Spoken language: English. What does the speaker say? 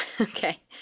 Okay